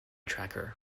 tracker